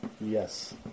Yes